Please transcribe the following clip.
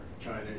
China